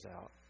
out